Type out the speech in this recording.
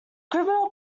criminal